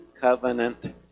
covenant